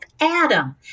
Adam